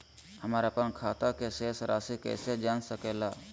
हमर अपन खाता के शेष रासि कैसे जान सके ला?